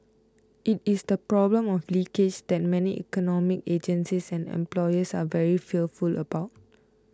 it is the problem of leakage's that many economic agencies and employers are very fearful about